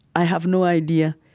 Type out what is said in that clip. i have no idea.